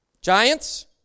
Giants